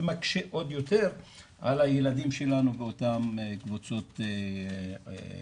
מקשה עוד יותר על הילדים שלנו באותם קבוצות אזרחים.